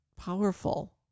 powerful